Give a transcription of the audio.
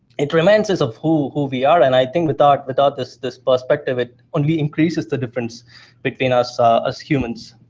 it reminds us of who who we are. and i think without without this this perspective, it only increases the difference between us ah as humans.